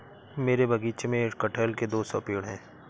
मेरे बगीचे में कठहल के दो सौ पेड़ है